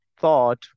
thought